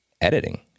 editing